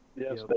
Yes